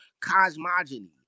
cosmogony